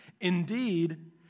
Indeed